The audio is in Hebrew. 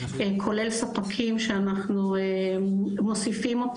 כולל ספקים שאנחנו מוסיפים,